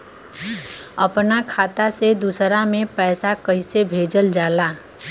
अपना खाता से दूसरा में पैसा कईसे भेजल जाला?